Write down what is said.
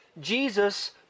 Jesus